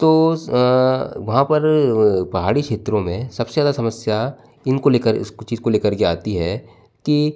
तो वहाँ पर पहाड़ी क्षेत्रो में सबसे ज्यादा समस्या इनको लेकर इस को चीज को लेकर आती है कि